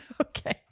Okay